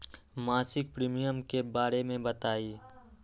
मासिक प्रीमियम के बारे मे बताई?